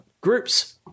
groups